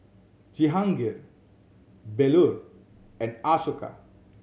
Jehangirr Bellur and Ashoka